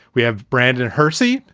we have brandon hersi,